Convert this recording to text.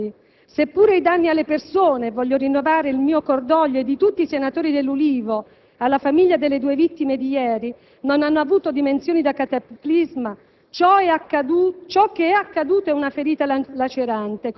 Oggi, la terra di Capitanata piange una delle sue tragedie più grandi. Seppure i danni alle persone (voglio rinnovare il mio cordoglio e quello di tutti i senatori dell'Ulivo alla famiglia delle due vittime di ieri) non hanno avuto dimensioni da cataclisma,